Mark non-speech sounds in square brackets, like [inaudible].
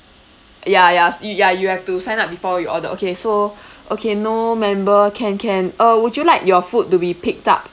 ya ya s~ ya you have to sign up before you order okay so [breath] okay no member can can uh would you like your food to be picked up